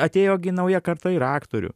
atėjo gi nauja karta ir aktorių